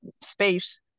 space